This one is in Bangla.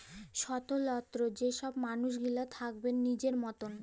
স্বতলত্র যে ছব মালুস গিলা থ্যাকবেক লিজের মতল